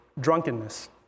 drunkenness